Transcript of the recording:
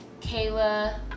Kayla